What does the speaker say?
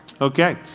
Okay